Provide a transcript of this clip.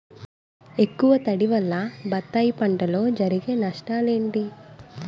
ఎక్కువ తడి వల్ల బత్తాయి పంటలో జరిగే నష్టాలేంటి?